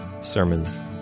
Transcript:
sermons